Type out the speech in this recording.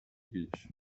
guix